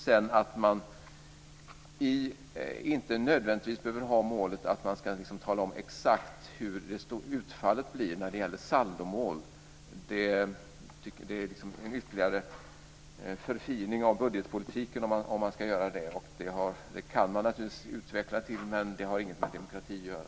Sedan behöver man inte nödvändigtvis ha målet att tala om exakt hur stort utfallet blir när det gäller saldomål. Det är liksom en ytterligare förfining av budgetpolitiken om man ska göra det. Det kan man naturligtvis utveckla, men det har inget med demokrati att göra.